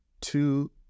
two